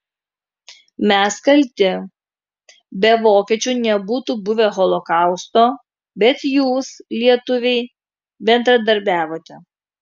mes kalti be vokiečių nebūtų buvę holokausto bet jūs lietuviai bendradarbiavote